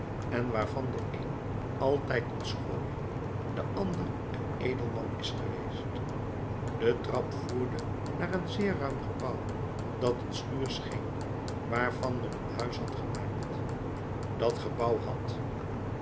en waarvan de een altijd een schooier de ander een edelman is geweest de trap voerde naar een zeer ruim gebouw dat een schuur scheen waarvan men een huis had gemaakt dat gebouw had